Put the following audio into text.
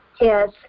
yes